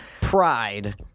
Pride